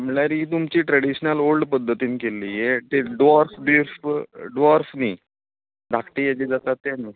हा म्हळ्यार ही तुमची ट्रेडीशनल ओल्ड पद्धतीन केल्ली हे डोर्स बीन डोर्स न्ही धाकटी हेजी जाता ते न्हू